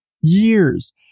years